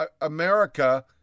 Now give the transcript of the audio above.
America